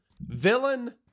Villain